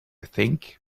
think